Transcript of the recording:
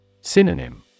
Synonym